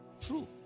True